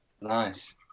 Nice